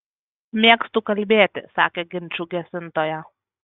mėgstu kalbėti sakė ginčų gesintoja